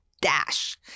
Dash